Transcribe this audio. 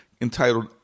entitled